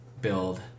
build